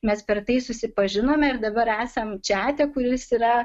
mes per tai susipažinome ir dabar esam čiate kuris yra